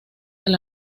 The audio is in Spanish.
del